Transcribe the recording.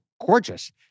gorgeous